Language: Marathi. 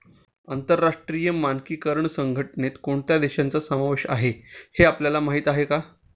आंतरराष्ट्रीय मानकीकरण संघटनेत कोणत्या देशांचा समावेश आहे हे आपल्याला माहीत आहे का?